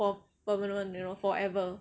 for permanent you know forever